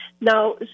Now